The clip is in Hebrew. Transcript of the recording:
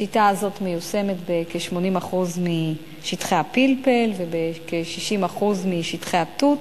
השיטה הזו מיושמת בכ-80% משטחי הפלפל ובכ-60% משטחי התות,